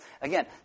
Again